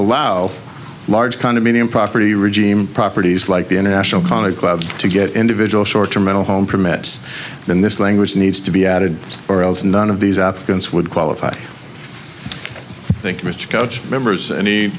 allow large condominium property regime properties like the international college club to get individual short term mental home permits in this language needs to be added or else none of these applicants would qualify i think mr coach remembers any